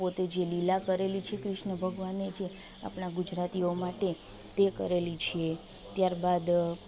પોતે જે લીલા કરેલી છે ક્રિશ્ન ભગવાને જે આપણા ગુજરાતીઓ માટે તે કરેલી છે ત્યારબાદ